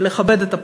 ולכבד את הפסיקה.